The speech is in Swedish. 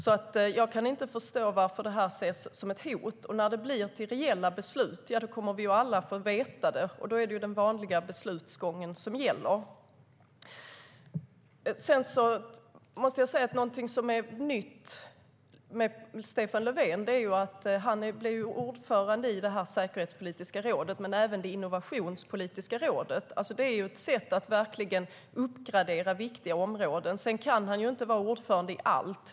Jag kan därför inte förstå varför det här ses som ett hot. När det blir till reella beslut kommer vi ju alla att få veta det, och då är det den vanliga beslutsgången som gäller. Det nya med Stefan Löfven är att han blev ordförande i det säkerhetspolitiska rådet och även det innovationspolitiska rådet. Det är ett sätt att verkligen uppgradera viktiga områden. Men han kan förstås inte vara ordförande i allt.